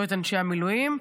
לא את אנשי המילואים.